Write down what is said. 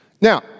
Now